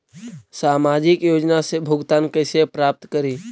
सामाजिक योजना से भुगतान कैसे प्राप्त करी?